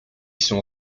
sont